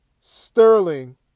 Sterling